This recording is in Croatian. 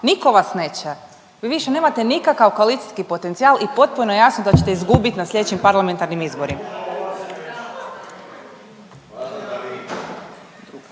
Nitko vas neće, vi više nemate nikakav koalicijski potencijal i potpuno je jasno da ćete izgubit na slijedećim parlamentarnim izborima.